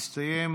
הסתיים